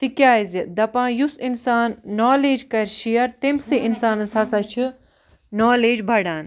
تِکیٛازِ دپان یُس اِنسان نالیج کَرِ شیر تٔمۍ سٕے اِنسانَس ہسا چھُ نالیج بڑان